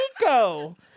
nico